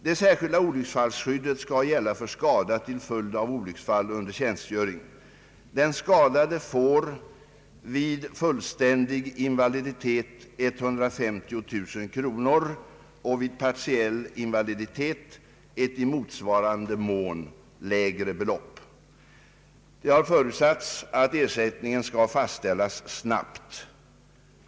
Det särskilda olycksfallsskyddet skall gälla för skada till följd av olycksfall under tjänstgöring. Den skadade får vid fullständig invaliditet 150 000 kronor och vid partiell invaliditet ett i motsvarande mån lägre belopp. Det har förutsatts att ersättningen skall fastställas snabbt.